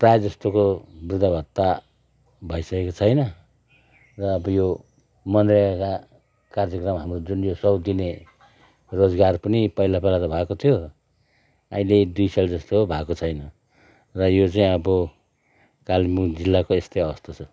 प्रायः जस्तोको बृद्ध भत्ता भइसकेको छैन र अब यो मननरेगा कार्यक्रम हाम्रो जुन यो सय दिने रोजगार पनि पहिला पहिला त भएको थियो अहिले दुई साल जस्तो भएको छैन र यो चाहिँ अब कालिम्पोङ जिल्लाको यस्तै अवस्था छ